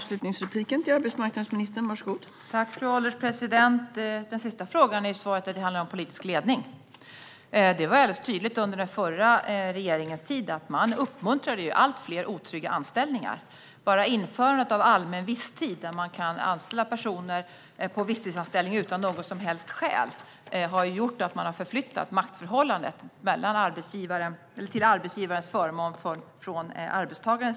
Fru ålderspresident! På den sista frågan är svaret att det handlar om politisk ledning. Det var alldeles tydligt under den förra regeringens tid. Man uppmuntrade allt fler otrygga anställningar. Bara införandet av allmän visstid, där man kan anställa personer på visstidsanställning utan något som helst skäl har ju gjort att man har förflyttat makten från arbetstagaren till arbetsgivaren.